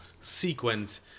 sequence